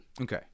Okay